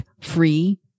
free